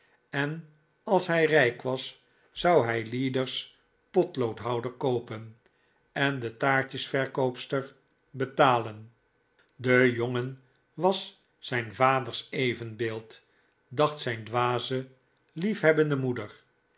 en als hij rijk was zou hij leader's potloodhouder koopen en de taartjes verkoopster betalen de jongen was zijn vaders evenbeeld dacht zijn dwaze liefhebbende moeder